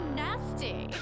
nasty